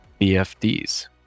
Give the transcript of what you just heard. bfds